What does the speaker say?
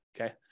Okay